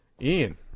Ian